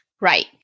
Right